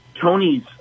Tony's